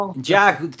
Jack